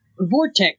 vortex